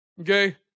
okay